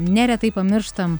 neretai pamirštam